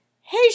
Hey